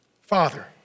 Father